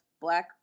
black